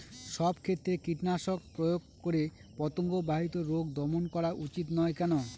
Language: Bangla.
সব ক্ষেত্রে কীটনাশক প্রয়োগ করে পতঙ্গ বাহিত রোগ দমন করা উচিৎ নয় কেন?